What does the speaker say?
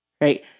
right